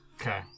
Okay